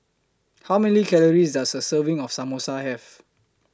How Many Calories Does A Serving of Samosa Have